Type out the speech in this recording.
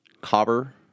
Cobber